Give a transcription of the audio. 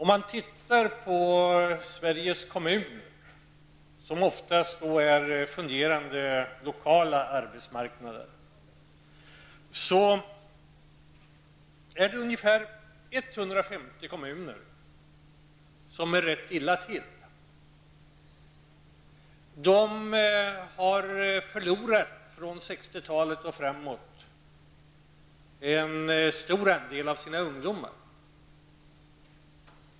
Bland Sveriges kommuner, som oftast är fungerande lokala arbetsmarknader, är det ungefär 150 kommuner som ligger rätt illa till. De har under 60-talet och framåt förlorat en stor andel av sina ungdomar.